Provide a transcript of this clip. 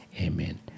amen